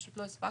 פשוט לא הספקנו,